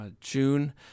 June